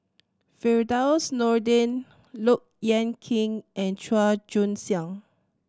Firdaus Nordin Look Yan Kit and Chua Joon Siang